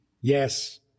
Yes